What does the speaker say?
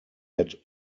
had